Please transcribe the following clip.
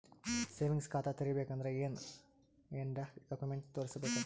Savings ಖಾತಾ ತೇರಿಬೇಕಂದರ ಏನ್ ಏನ್ಡಾ ಕೊಮೆಂಟ ತೋರಿಸ ಬೇಕಾತದ?